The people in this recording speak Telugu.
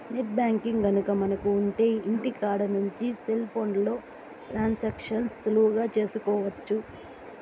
నెట్ బ్యాంకింగ్ గనక మనకు ఉంటె ఇంటికాడ నుంచి సెల్ ఫోన్లో ట్రాన్సాక్షన్స్ సులువుగా చేసుకోవచ్చు